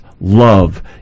love